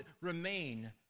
remain